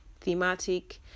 thematic